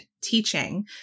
teaching